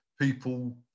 people